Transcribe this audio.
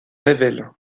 révèle